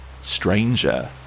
Stranger